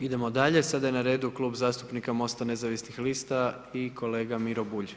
Idemo dalje, sada je na redu Klub zastupnika Mosta nezavisnih lista i kolega Miro Bulj.